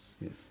yes